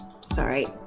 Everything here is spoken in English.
Sorry